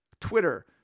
Twitter